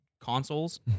consoles